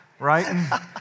right